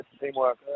teamwork